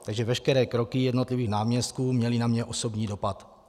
Takže veškeré kroky jednotlivých náměstků měly na mě osobní dopad.